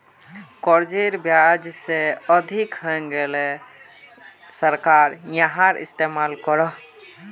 कर्जेर ब्याज से अधिक हैन्गेले सरकार याहार इस्तेमाल करोह